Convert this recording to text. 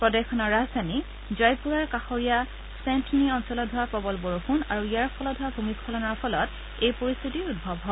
প্ৰদেশখনৰ ৰাজধানী জয়পুৰাৰ কাষৰীয়া ছেণ্টনি অঞ্চলত হোৱা প্ৰবল বৰষুণ আৰু ইয়াৰ ফলত হোৱা ভূমিস্বলনৰ ফলত এই পৰিস্থিতিৰ উদ্ভৱ হয়